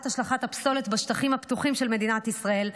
השלכת הפסולת בשטחים הפתוחים של מדינת ישראל,